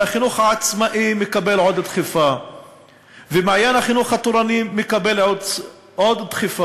החינוך העצמאי מקבל עוד דחיפה ו"מעיין החינוך התורני" מקבל עוד דחיפה.